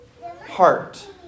heart